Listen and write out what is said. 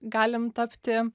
galim tapti